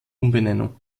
umbenennung